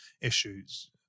issues